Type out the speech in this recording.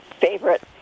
favorite